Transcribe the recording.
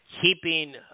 keeping